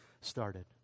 started